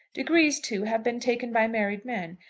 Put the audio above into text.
degrees, too, have been taken by married men.